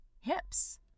hips